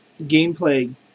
gameplay